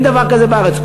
אין דבר כזה בארץ.